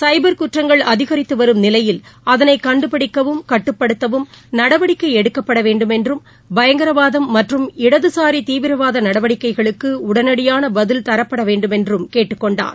சைபர் குற்றங்கள் அதிகரித்து வரும் நிலையில் அதனை கண்டுபிடிக்கவும் கட்டுப்படுத்தவும் நடவடிக்கை எடுக்கப்பட வேண்டுமென்றும் பயங்கரவாதம் மற்றும் இடதுசாரி தீவிரவாத நடவடிக்கைகளுக்கு உடனடியான பதில் தரப்பட வேண்டுமென்றும் கேட்டுக் கொண்டார்